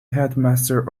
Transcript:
headmaster